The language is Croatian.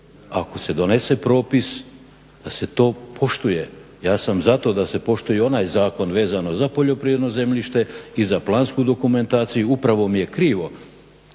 ako se donese propis da se to poštuje. ja sam za to da se poštuje i onaj zakon vezano za poljoprivredno zemljište i za plansku dokumentaciju. Upravo mi je krivo